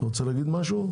אתה רוצה להגיד משהו?